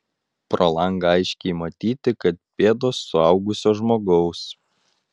pro langą aiškiai matyti kad pėdos suaugusio žmogaus